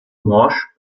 morsch